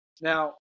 Now